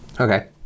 okay